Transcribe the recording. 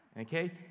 Okay